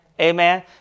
Amen